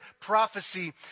prophecy